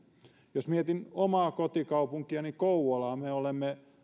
jos mietin omaa kotikaupunkiani kouvolaa me olemme